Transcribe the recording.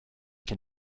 can